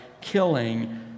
killing